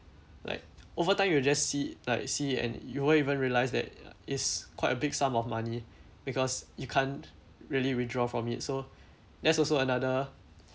like overtime you will just see like see and you don't even realise that is quite a big sum of money because you can't really withdraw from it so that's also another